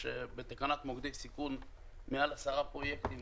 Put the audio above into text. יש בתקנת מוקדי סיכון מעל 10 פרויקטים